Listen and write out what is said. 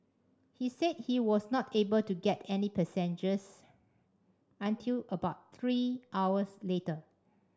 he said he was not able to get any passengers until about three hours later